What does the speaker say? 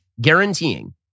guaranteeing